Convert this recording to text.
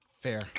Fair